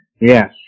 Yes